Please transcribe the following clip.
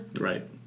Right